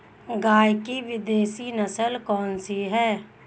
गाय की विदेशी नस्ल कौन सी है?